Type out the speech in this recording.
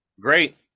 great